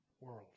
world